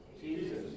Jesus